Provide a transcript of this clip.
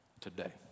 today